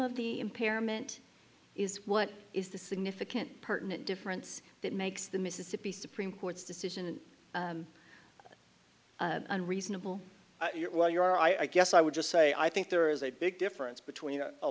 of the impairment is what is the significant pertinent difference that makes the mississippi supreme court's decision and unreasonable well you're i i guess i would just say i think there is a big difference between a